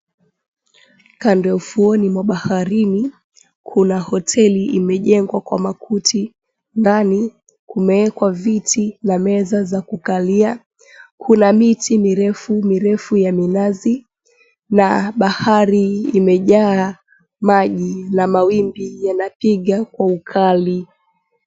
Kando ya ufuoni mwa baharini kuna hoteli imejengwa kwa makuti ndani kumeekwa viti na meza za kukalia. Kuna miti mirefu mirefu ya minazi na bahari imejaa maji na mawimbi yanapiga kwa ukali.